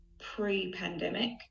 pre-pandemic